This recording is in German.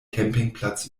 campingplatz